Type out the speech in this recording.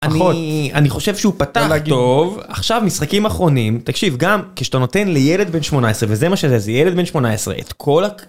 אני אני חושב שהוא פתח טוב עכשיו משחקים אחרונים תקשיב גם כשאתה נותן לילד בן 18 וזה מה שזה זה ילד בן 18 את כל ה...